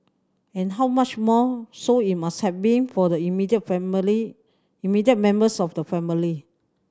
and how much more so it must have been for the immediate family immediate members of the family